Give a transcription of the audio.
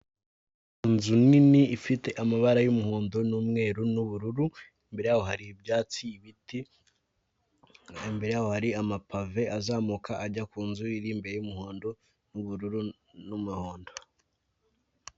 Inzu nini ifite amabara y’umuhondo, n’umweru, n’ubururu. Imbere yaho hari ibyatsi, ibiti imbere hari amapave azamuka ajya ku nzu iri imbere y'umuhondo' n’ubururu' n’umuhondo.